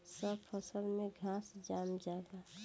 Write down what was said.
सब फसल में घास जाम जाला